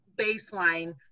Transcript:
baseline